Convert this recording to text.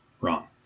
wrong